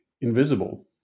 invisible